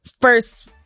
first